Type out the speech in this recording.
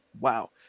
Wow